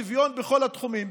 שוויון בכל התחומים,